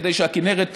כדי שהכינרת